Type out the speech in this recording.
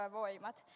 voimat